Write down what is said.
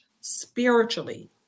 spiritually